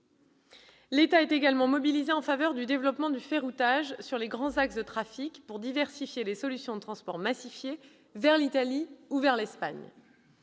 L'État est également mobilisé en faveur du développement du ferroutage sur les grands axes de trafic pour diversifier les solutions de transports massifiés, vers l'Italie ou l'Espagne.